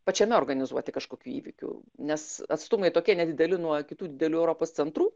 pačiame organizuoti kažkokių įvykių nes atstumai tokie nedideli nuo kitų didelių europos centrų